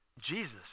Jesus